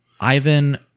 Ivan